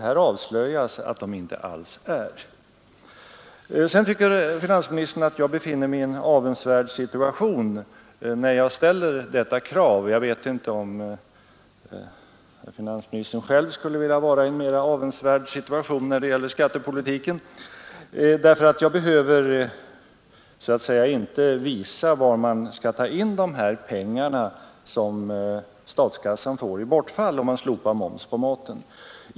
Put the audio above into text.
Här avslöjas att de inte alls är det. Finansministern tycker att jag befinner mig i en avundsvärd situation när jag ställer detta krav — jag vet inte om finansministern själv skulle vilja vara i en mera avundsvärd situation när det gäller skattepolitiken — därför att jag inte behöver visa varifrån man skall ta de pengar som bortfaller från statskassan om man slopar moms på maten.